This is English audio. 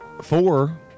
Four